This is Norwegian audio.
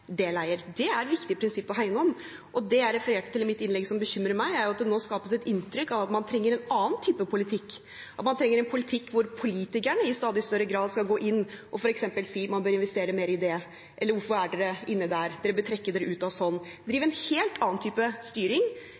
Det er viktige prinsipper å hegne om. Det jeg refererte til i mitt innlegg, som bekymrer meg, er at det nå skapes et inntrykk av at man trenger en annen type politikk, at man trenger en politikk hvor politikerne i stadig større grad skal gå inn og f.eks. si at man bør investere mer i dette, eller hvorfor er dere inne der, dere bør trekke dere ut – å drive en helt annen type styring